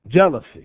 jealousy